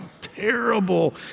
terrible